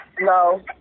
No